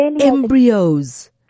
embryos